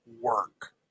work